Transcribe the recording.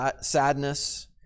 sadness